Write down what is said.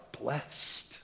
blessed